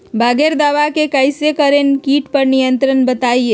बगैर दवा के कैसे करें कीट पर नियंत्रण बताइए?